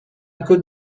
could